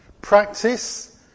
practice